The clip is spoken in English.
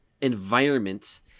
environment